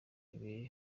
bibiri